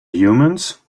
humans